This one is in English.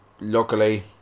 luckily